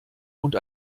und